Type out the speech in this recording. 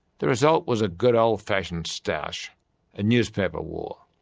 the result was a good old-fashioned stoush a newspaper war.